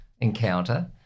encounter